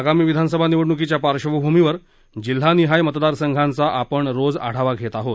आगामी विधानसभा निवडणुकीच्या पार्श्वभूमीवर जिल्हानिहाय मतदार संघांचा आपण रोज आढावा घेत आहोत